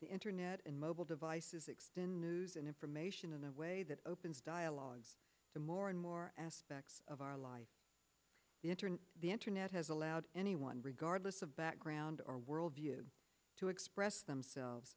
the internet and mobile devices expand news and information in a way that opens dialogue to more and more aspects of our lives the internet the internet has allowed anyone regardless of background or worldview to express themselves